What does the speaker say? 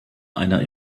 einer